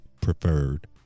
preferred